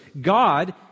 God